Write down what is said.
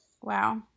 Wow